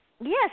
Yes